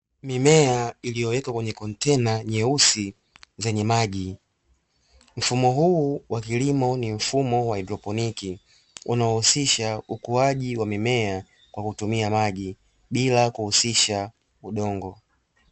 Mimea iliyowekwa kwenye kontena nyeusi zenye maji, mfumo huu wa kilimo ni mfumo wa haidroponi, unaohusisha ukuaji wa mimea kwa kutumia maji bila kuhusisha udongo,